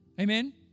amen